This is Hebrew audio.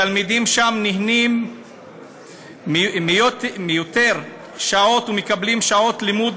התלמידים שם נהנים מיותר שעות ומקבלים שעות לימוד